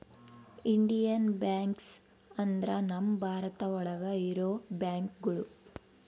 Indian banks ಅಂದ್ರ ನಮ್ ಭಾರತ ಒಳಗ ಇರೋ ಬ್ಯಾಂಕ್ಗಳು